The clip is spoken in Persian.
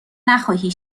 نخواهی